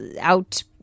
out